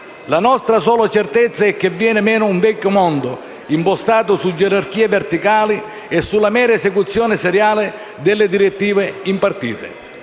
La nostra unica certezza è che viene meno un «vecchio mondo» impostato su gerarchie verticali e sulla mera esecuzione seriale delle direttive impartite.